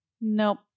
Nope